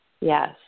Yes